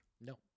No